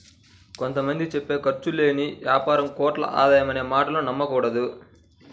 కొంత మంది చెప్పే ఖర్చు లేని యాపారం కోట్లలో ఆదాయం అనే మాటలు నమ్మకూడదు